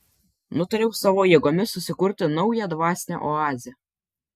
nutariau savo jėgomis susikurti naują dvasinę oazę